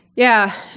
yeah.